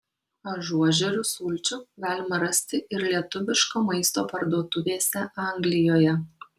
ažuožerių sulčių galima rasti ir lietuviško maisto parduotuvėse anglijoje